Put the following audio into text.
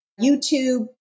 youtube